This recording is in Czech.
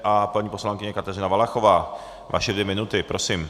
A paní poslankyně Kateřina Valachová, vaše dvě minuty, prosím.